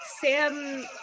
sam